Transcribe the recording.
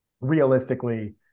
realistically